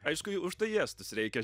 aišku už tai į estus reikia